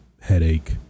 headache